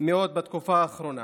מאוד בתקופה האחרונה.